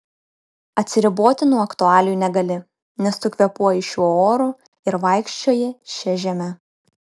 atsiriboti nuo aktualijų negali nes tu kvėpuoji šiuo oru ir vaikščioji šia žeme